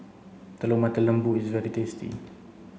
Telur Mata Lembu is very tasty